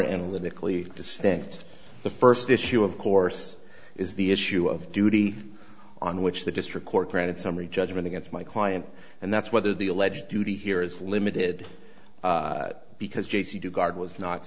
analytically distinct the first issue of course is the issue of duty on which the district court granted summary judgment against my client and that's whether the alleged duty here is limited because jaycee dugard was not